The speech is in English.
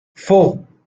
four